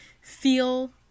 feel